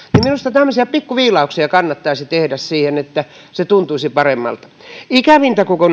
minusta tämmöisiä pikkuviilauksia kannattaisi tehdä siihen että se tuntuisi paremmalta ikävintä koko